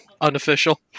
unofficial